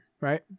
right